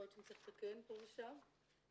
יכול להיות שהוא צריך לתקן פה ושם ואני